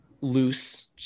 loose